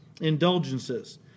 Indulgences